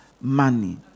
money